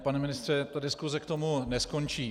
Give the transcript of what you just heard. Pane ministře, diskuse k tomu neskončí.